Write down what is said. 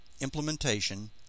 implementation